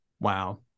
Wow